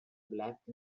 black